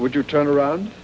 would you turn around